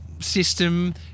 System